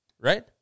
right